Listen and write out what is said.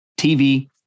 TV